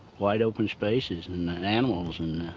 wide open spaces and and animals and,